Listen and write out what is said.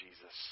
Jesus